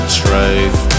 truth